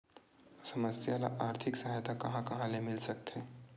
समस्या ल आर्थिक सहायता कहां कहा ले मिल सकथे?